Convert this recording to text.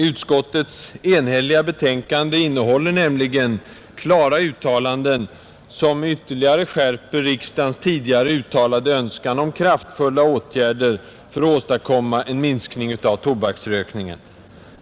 Utskottets enhälliga betänkande innehåller nämligen klara uttalanden, som ytterligare skärper riksdagens tidigare uttalade önskan om kraftfulla åtgärder för att åstadkomma en minskning av tobaksrökningen.